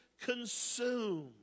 consume